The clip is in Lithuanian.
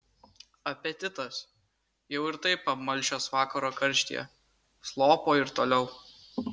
apetitas jau ir taip apmalšęs vakaro karštyje slopo ir toliau